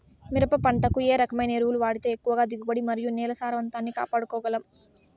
మిరప పంట కు ఏ రకమైన ఎరువులు వాడితే ఎక్కువగా దిగుబడి మరియు నేల సారవంతాన్ని కాపాడుకోవాల్ల గలం?